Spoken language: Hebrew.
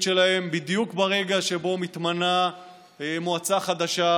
שלהם בדיוק ברגע שבו מתמנה מועצה חדשה,